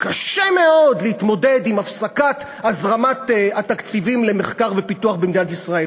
קשה מאוד להתמודד עם הפסקת הזרמת התקציבים למחקר ופיתוח במדינת ישראל.